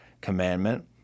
commandment